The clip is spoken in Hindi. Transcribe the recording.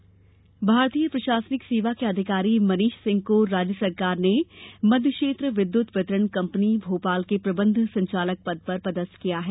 मनीष सिंह भारतीय प्रशासनिक सेवा के अधिकारी मनीष सिंह को राज्य सरकार ने मध्य क्षेत्र विद्युत वितरण कंपनी भोपाल के प्रबंध संचालक पद पर पदस्थ किया है